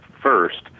first